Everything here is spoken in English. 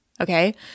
Okay